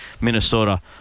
Minnesota